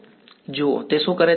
વિદ્યાર્થી જુઓ શું કરે છે